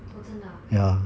oh 真的啊